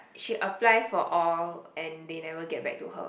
she apply for all and they never get back to her